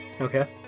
okay